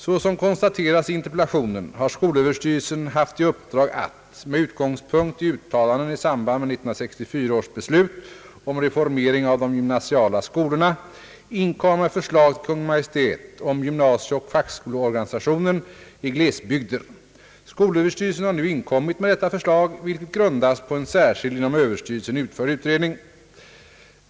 Såsom konstateras i interpellationen har skolöverstyrelsen haft i uppdrag att — med utgångspunkt i uttalanden i samband med 1964 års beslut om reformering av de gymnasiala skolorna — inkomma med förslag till Kungl. Maj:t om gymnasieoch fackskolorganisationen i glesbygder. Skolöverstyrelsen har nu inkommit med detta förslag, vilket grundas på en särskild inom Ööverstyrelsen utförd utredning.